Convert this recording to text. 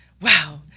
wow